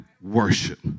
worship